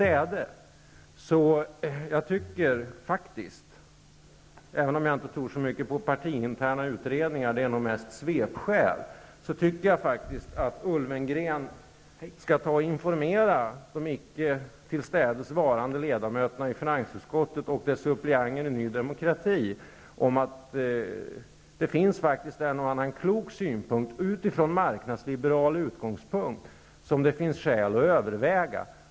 Även om jag inte tror så mycket på partiinterna utredningar -- de fungerar nog mest som svepskäl --, tycker jag att Richard Ulfvengren skall informera de icke tillstädesvarande ledamöterna i finansutskottet och dess suppleanter från Ny demokrati om att det finns en och annan klok synpunkt utifrån marknadsliberal utgångspunkt, som det finns skäl att överväga.